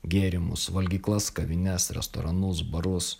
gėrimus valgyklas kavines restoranus barus